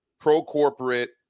pro-corporate